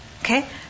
okay